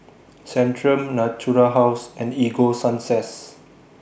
Centrum Natura House and Ego Sunsense